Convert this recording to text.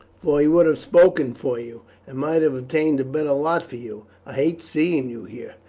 for he would have spoken for you, and might have obtained a better lot for you. i hate seeing you here,